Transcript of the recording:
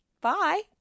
Bye